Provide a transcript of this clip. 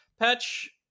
Patch